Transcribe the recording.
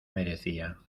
merecía